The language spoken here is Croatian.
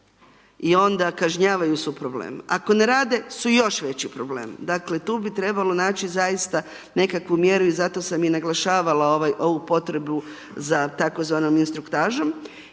i onda kažnjavaju, su problem. Ako ne rade, su još veći problem. Dakle, tu bi trebalo naći zaista nekakvu mjeru i zato sam i naglašavala ovaj, ovu potrebu za tako zvanom instruktažom,